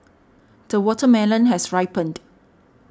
the watermelon has ripened